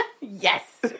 Yes